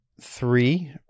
three